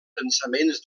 pensaments